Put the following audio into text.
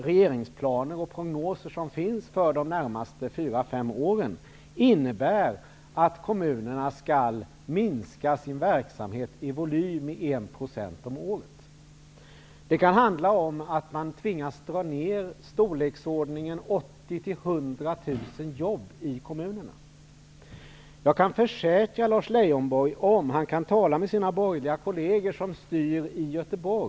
Regeringens planer och prognoser för de närmaste fyra, fem åren innebär att kommunerna skall minska sin verksamhet i volym med 1 % om året. Det kan bli fråga om att man i kommunerna tvingas dra ned med i storleksordningen 80 000--100 000 Lars Leijonborg kan tala med sina borgerliga kolleger som styr i Göteborg.